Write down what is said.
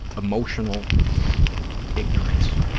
emotional ignorance